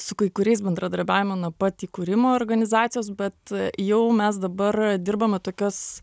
su kai kuriais bendradarbiaujame nuo pat įkūrimo organizacijos bet jau mes dabar dirbame tokius